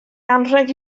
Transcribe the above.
anrheg